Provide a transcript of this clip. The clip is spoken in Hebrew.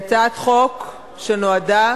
היא הצעת חוק שנועדה